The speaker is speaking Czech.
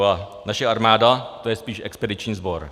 A naše armáda, to je spíše expediční sbor.